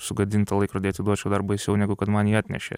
sugadintą laikrodį atiduočiau dar baisiau negu kad man jį atnešė